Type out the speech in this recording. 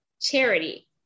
charity